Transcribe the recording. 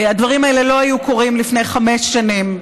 הדברים האלה לא היו קורים לפני חמש שנים.